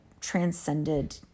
transcended